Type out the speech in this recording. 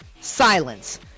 silence